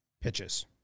pitches